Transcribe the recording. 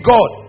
God